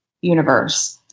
universe